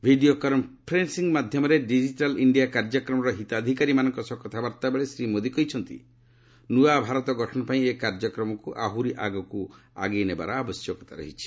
video conferencing ମାଧ୍ୟମରେ digital India କାର୍ଯ୍ୟକ୍ରମର ହିତାଧିକାରୀଙ୍କ ସହ କଥାବାର୍ତ୍ତା ବେଳେ ଶ୍ରୀ ମୋଦି କହିଛନ୍ତି ନ୍ତଆ ଭାରତ ଗଠନ ପାଇଁ ଏହି କାର୍ଯ୍ୟକ୍ମକ୍ତ ଆହୁରି ଆଗକୁ ଆଗେଇନେବାର ଆବଶ୍ୟକତା ରହିଛି